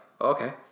okay